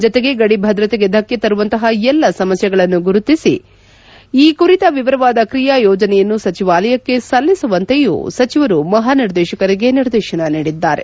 ಜತೆಗೆ ಗಡಿ ಭದ್ರತೆಗೆ ಧಕ್ಷೆ ತರುವಂತಹ ಎಲ್ಲ ಸಮಸ್ಲೆಗಳನ್ನು ಗುರುತಿಸಿ ಈ ಕುರಿತ ವಿವರವಾದ ಕ್ರಿಯಾ ಯೋಜನೆಯನ್ನು ಸಚಿವಾಲಯಕ್ಕೆ ಸಲ್ಲಿಸುವಂತೆಯೂ ಸಚಿವರು ಮಹಾ ನಿರ್ದೇಶಕರಿಗೆ ನಿರ್ದೇಶನ ನೀಡಿದ್ದಾರೆ